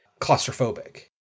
claustrophobic